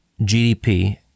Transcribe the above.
GDP